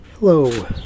Hello